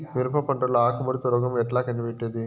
మిరప పంటలో ఆకు ముడత రోగం ఎట్లా కనిపెట్టేది?